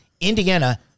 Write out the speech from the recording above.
Indiana